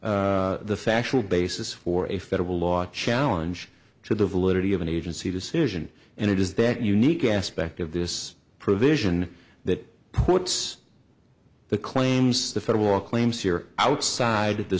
support the factual basis for a federal law challenge to the validity of an agency decision and it is that unique aspect of this provision that puts the claims the federal claims here are outside